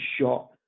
shot